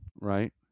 Right